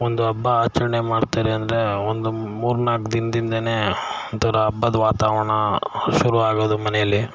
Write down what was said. ಒಂದು ಹಬ್ಬ ಆಚರಣೆ ಮಾಡ್ತಾರೆ ಅಂದರೆ ಒಂದು ಮೂರು ನಾಲ್ಕು ದಿನದಿಂದಲೇ ಒಂಥರ ಹಬ್ಬದ ವಾತಾವರಣ ಶುರು ಆಗೋದು ಮನೇಲಿ